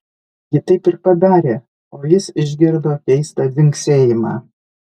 ji taip ir padarė o jis išgirdo keistą dzingsėjimą